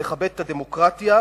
ולכבד את הדמוקרטיה.